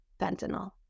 fentanyl